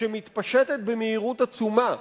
שמתפשטת במהירות עצומה,